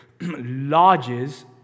lodges